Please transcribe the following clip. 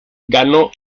ganó